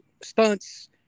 stunts